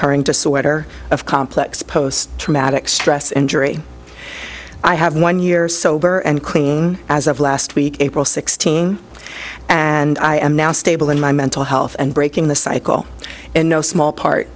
occurring disorder of complex post traumatic stress injury i have one year sober and clean as of last week april sixth and i am now stable in my mental health and breaking the cycle in no small part